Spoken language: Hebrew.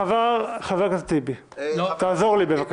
חבר הכנסת טיבי, תעזור לי, בבקשה.